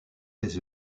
ses